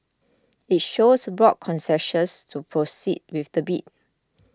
it shows broad consensus to proceed with the bid